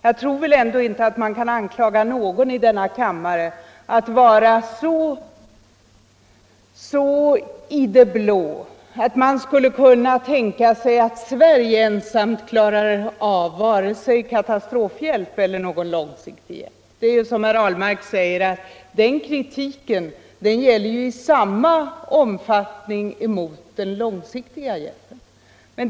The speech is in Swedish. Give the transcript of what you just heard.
Jag tror ändå inte att vi kan anklaga någon i denna kammare för att sväva så i det blå att man skulle inbilla sig att Sverige ensamt klarar av vare sig katastrofhjälp eller någon långsiktig hjälp. Som herr Ahlmark säger måste fru Sigurdsens anmärkning i samma omfattning gälla den långsiktiga hjälpen.